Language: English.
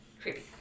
Creepy